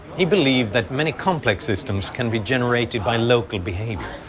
he believed that many complex systems can be generated by local behavior.